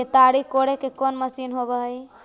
केताड़ी कोड़े के कोन मशीन होब हइ?